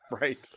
Right